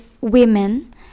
women